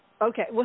Okay